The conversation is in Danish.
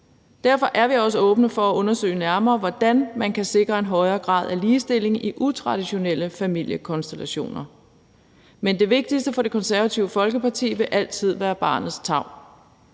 Derfor er vi også åbne for at undersøge nærmere, hvordan man kan sikre en højere grad af ligestilling i utraditionelle familiekonstellationer. Men det vigtigste for Det Konservative Folkeparti vil altid være barnets tarv.